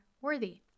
worthy